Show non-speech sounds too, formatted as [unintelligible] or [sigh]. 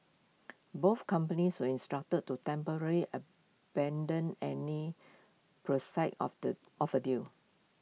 both companies were instructed to temporarily abandon any [unintelligible] of the of A deal